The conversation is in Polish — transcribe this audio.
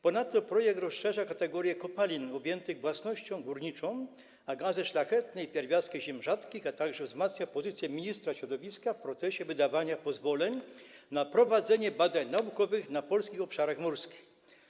Ponadto projekt rozszerza katalog kopalin objętych własnością górniczą o gazy szlachetne i pierwiastki ziem rzadkich, a także wzmacnia pozycję ministra środowiska w procesie wydawania pozwoleń na prowadzenie badań naukowych na polskich obszarach morskich.